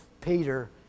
Peter